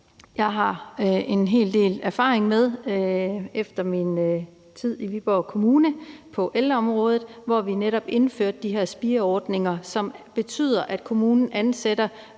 jeg har en hel del erfaring med efter min tid på ældreområdet i Viborg Kommune, hvor vi netop indførte de her spireordninger, som betyder, at kommunen ansætter